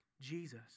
Jesus